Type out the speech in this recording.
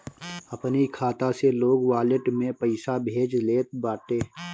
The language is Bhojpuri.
अपनी खाता से लोग वालेट में पईसा भेज लेत बाटे